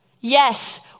Yes